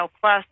plus